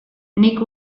nik